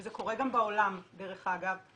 וזה קורה גם בעולם, דרך אגב,